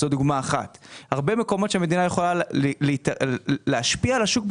יש הרבה מקומות שבהם המדינה יכולה להשפיע על השוק,